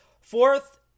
fourth